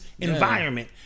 environment